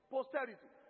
Posterity